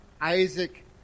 Isaac